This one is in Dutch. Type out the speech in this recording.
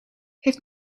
heeft